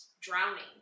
drowning